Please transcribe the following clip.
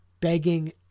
begging